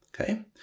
okay